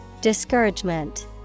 Discouragement